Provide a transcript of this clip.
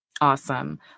Awesome